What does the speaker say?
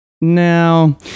Now